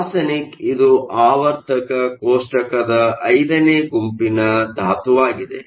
arsenic ಇದು ಆವರ್ತಕೋಷ್ಟಕದ 5ನೇ ಗುಂಪಿನ ಧಾತುವಾಗಿದೆ